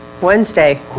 Wednesday